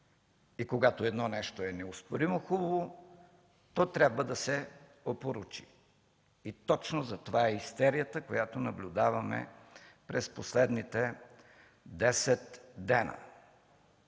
И когато едно нещо е неоспоримо хубаво, то трябва да се опорочи. Точно затова е истерията, която наблюдаваме през последните 10 дни.